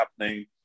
happening